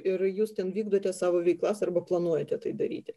ir jūs ten vykdote savo veiklas arba planuojate tai daryti